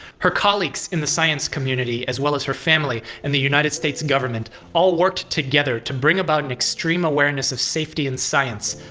her colleagues in the science community, as well as her family, and the united states government all worked together to bring about an extreme awareness of safety in science,